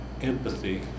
empathy